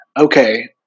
Okay